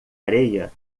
areia